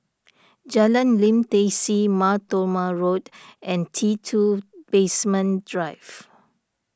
Jalan Lim Tai See Mar Thoma Road and T two Basement Drive